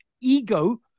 ego